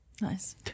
Nice